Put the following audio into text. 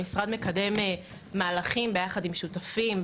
המשרד מקדם מהלכים ביחד עם שותפים,